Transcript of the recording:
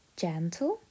gentle